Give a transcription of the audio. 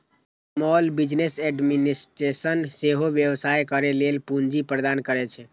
small business administration सेहो व्यवसाय करै लेल पूंजी प्रदान करै छै